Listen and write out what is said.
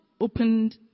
opened